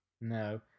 No